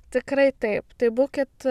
tikrai taip tai būkit